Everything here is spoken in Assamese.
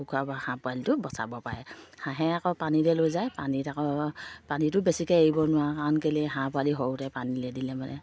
কুকুৰাৰ পা হাঁহ পোৱালিটো বচাব পাৰে হাঁহে আকৌ পানীলে লৈ যায় পানীত আকৌ পানীটো বেছিকৈ এৰিব নোৱাৰোঁ কাৰণ কেলেই হাঁহ পোৱালি সৰুতে পানীলে দিলে মানে